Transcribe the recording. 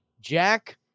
jack